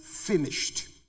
Finished